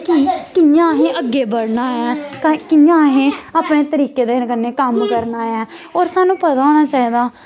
कि कि'यां असें अग्गें बढ़ना ऐ कि'यां असें अपने तरीके दे कन्नै कम्म करना ऐ होर सानूं पता होना चाहिदा